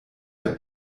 der